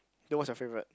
then what's your favourite